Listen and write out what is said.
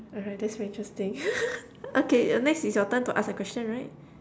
alright that's Rachel's thing okay uh next is your turn to ask a question right